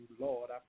Lord